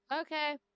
Okay